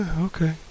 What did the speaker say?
okay